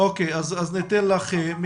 אז תודה רבה לכם על